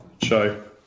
show